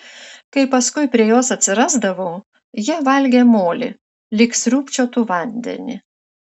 kai paskui prie jos atsirasdavau ji valgė molį lyg sriūbčiotų vandenį